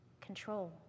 control